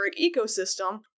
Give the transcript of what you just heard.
ecosystem